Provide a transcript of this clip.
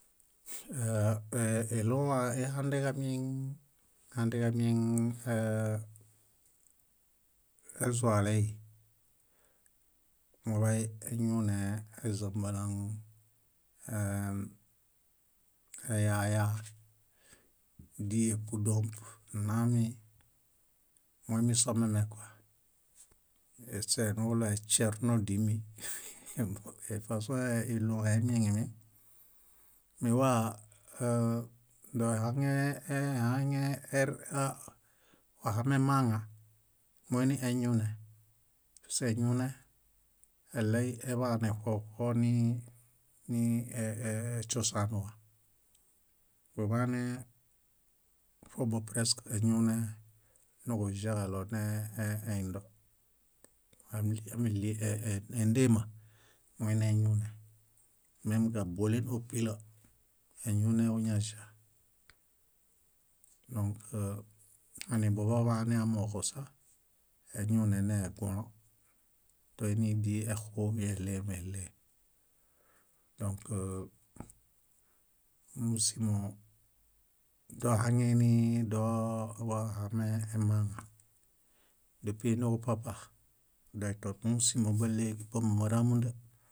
Áaa- iɭũwa ihadẽġamieŋ, ihadẽġamieŋ ee- ezualei: muḃay eñune, ézambaluŋ, eyaya, díe kúdomp nnami moimisomiamekua. Eśeenuġuɭoe śernodimi « rire » efasõe iɭũhe emieŋemieŋ. Me wa ee- doehaŋe- ehaŋe- e- wahamemaŋa, moinieñune paskeñune eɭeineḃaaneṗowo ṗowo ni e- e- śosanuwa. buḃaneṗobo presk eñune nuġuĵaġaɭo ne- neindo. Ámiɭiendema, moinieñune. Mem kábolen ópila, eñuneġuñaĵa. Dõk mem buḃaḃane amooġosa, eñunenegũlõ, dóinidii exumi éɭemeɭee. Dõk mómusimo dohaŋeini doo wahamemaŋa dépi niġupapa doĩto moźamora rúmunda.